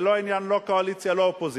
זה לא עניין לא קואליציה, לא אופוזיציה,